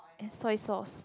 soy sauce